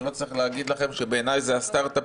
אני לא צריך להגיד לכם שבעיניי זה הסטרט-אפ